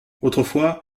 autrefois